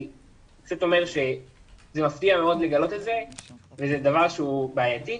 אני פשוט אומר שזה מפתיע מאוד לגלות את זה וזה דבר שהוא בעייתי.